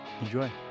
Enjoy